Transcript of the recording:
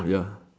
ya